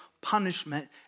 punishment